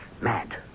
Mad